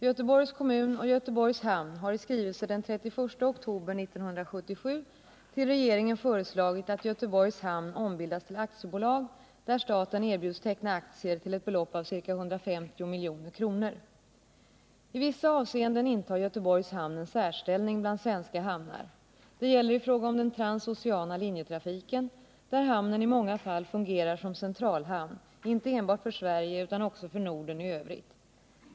Göteborgs kommun och Göteborgs hamn har i skrivelse den 31 oktober 1977 till regeringen föreslagit att Göteborgs hamn ombildas till aktiebolag, där staten erbjuds teckna aktier till ett belopp av ca 150 milj.kr. I vissa avseenden intar Göteborgs hamn en särställning bland svenska hamnar. Det gäller i fråga om den transoceana linjetrafiken, där hamnen i många fall fungerar som centralhamn inte enbart för Sverige utan också för Norden i övrigt.